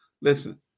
Listen